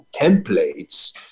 templates